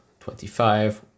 25